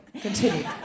Continue